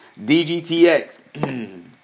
DGTX